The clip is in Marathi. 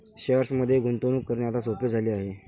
शेअर्समध्ये गुंतवणूक करणे आता सोपे झाले आहे